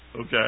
Okay